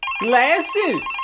glasses